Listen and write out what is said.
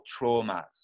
traumas